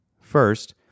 First